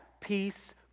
peace